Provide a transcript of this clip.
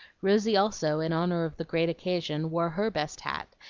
rosy also, in honor of the great occasion, wore her best hat,